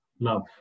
love